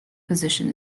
position